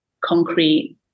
concrete